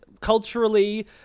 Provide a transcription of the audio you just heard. culturally